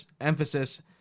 emphasis